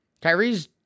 Kyrie's